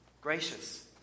gracious